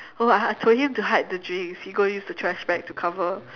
oh I told him to hide the drinks he go use the trash bag to cover